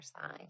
side